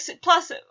plus